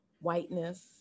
whiteness